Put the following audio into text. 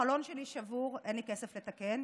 החלון שלי שבור", אין לי כסף לתקן,